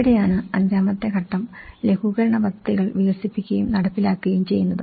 ഇവിടെയാണ് അഞ്ചാമത്തെ ഘട്ടം ലഘൂകരണ പദ്ധതികൾ വികസിപ്പിക്കുകയും നടപ്പിലാക്കുകയും ചെയ്യുന്നത്